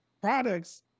products